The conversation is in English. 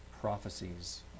prophecies